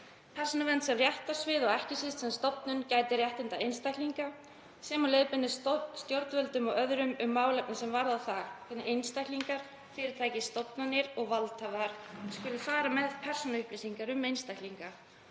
Persónuvernd sem réttarsvið og ekki síst sem stofnun, gætir réttinda einstaklinga og leiðbeinir stjórnvöldum og öðrum um málefni sem varða það hvernig einstaklingar, fyrirtæki, stofnanir og valdhafar skuli fara með persónuupplýsingar um einstaklinga.